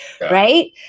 right